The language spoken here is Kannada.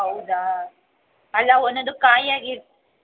ಹೌದಾ ಅಲ್ಲ ಒಂದೊಂದು ಕಾಯಿಯಾಗಿ